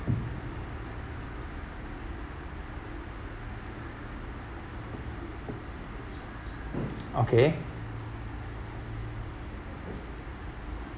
okay